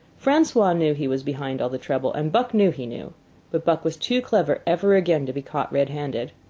francois knew he was behind all the trouble, and buck knew he knew but buck was too clever ever again to be caught red-handed.